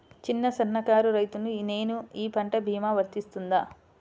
చిన్న సన్న కారు రైతును నేను ఈ పంట భీమా వర్తిస్తుంది?